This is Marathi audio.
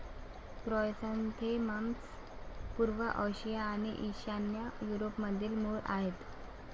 क्रायसॅन्थेमम्स पूर्व आशिया आणि ईशान्य युरोपमधील मूळ आहेत